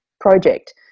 project